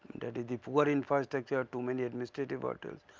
that is the poor infrastructure, too many administrative hurdles,